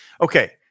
Okay